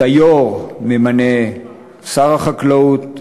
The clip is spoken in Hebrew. את היו"ר ממנה שר החקלאות,